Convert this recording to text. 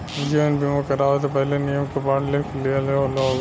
जीवन बीमा करावे से पहिले, नियम के पढ़ लिख लिह लोग